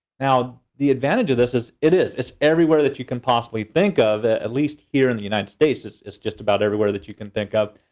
now, the advantage of this is it is, it's everywhere that you can possibly think of. at least here in the united states, it's just about everywhere that you can think of.